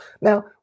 Now